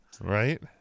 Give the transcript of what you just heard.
Right